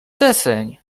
deseń